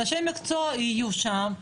אנשי מקצועי יהיו שם,